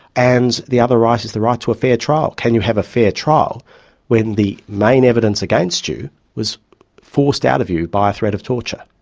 and the other right is the right to a fair trial. can you have a fair trial when the main evidence against you was forced out of you by a threat of torture?